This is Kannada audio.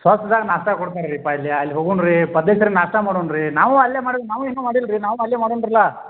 ಸ್ವಚ್ದಾಗೆ ನಾಷ್ಟಾ ಕೊಡ್ತಾರ್ರಿಪ್ಪ ಇಲ್ಲಿ ಅಲ್ಲಿ ಹೋಗೋನ್ ರೀ ನಾಷ್ಟಾ ಮಾಡೋನ್ ರೀ ನಾವೂ ಅಲ್ಲೇ ಮಾಡೋದ್ ನಾವೂ ಇನ್ನೂ ಮಾಡಿಲ್ಲ ರೀ ನಾವೂ ಅಲ್ಲೇ ಮಾಡೋನ್ರಲ